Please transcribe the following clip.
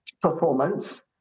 performance